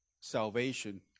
salvation